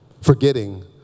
forgetting